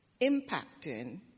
impacting